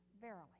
Verily